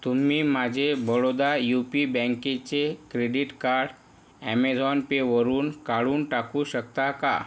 तुम्ही माझे Baroda U P बँकेचे क्रेडिट कार्ड ॲमेझॉन पेवरून काढून टाकू शकता का